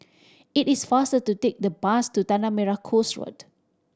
it is faster to take the bus to Tanah Merah Coast Road